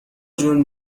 جون